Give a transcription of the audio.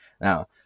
Now